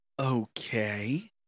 Okay